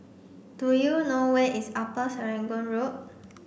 do you know where is Upper Serangoon Road